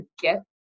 get